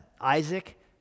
Isaac